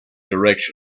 direction